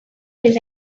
his